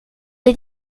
les